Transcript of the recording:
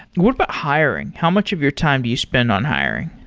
what about hiring? how much of your time do you spend on hiring?